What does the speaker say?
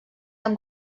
amb